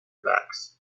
backs